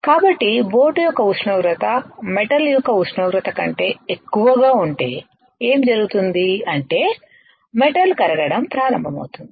కాబట్టి బోట్ యొక్క ఉష్ణోగ్రత మెటల్ యొక్క ఉష్ణోగ్రత కంటే ఎక్కువగా ఉంటే ఏమి జరుగుతుంది అంటే మెటల్ కరగడం ప్రారంభమవుతుంది